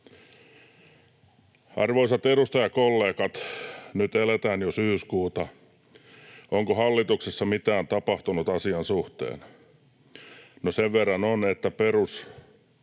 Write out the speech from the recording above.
Arvoisat edustajakollegat! Nyt eletään jo syyskuuta. Onko hallituksessa mitään tapahtunut asian suhteen? No, sen verran on, että perhe-